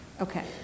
Okay